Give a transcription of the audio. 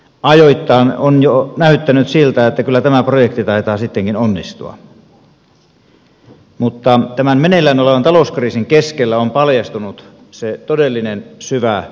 ajoittain on jo näyttänyt siltä että kyllä tämä projekti taitaa sittenkin onnistua mutta tämän meneillään olevan talouskriisin keskellä on paljastunut se todellinen syvä ongelma